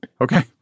Okay